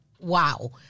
wow